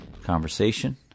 conversation